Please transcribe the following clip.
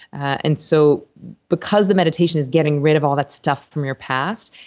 and so because the meditation is getting rid of all that stuff from your past,